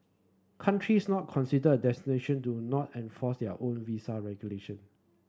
countries not considered a destination do not enforce their own visa regulation